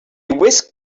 whisked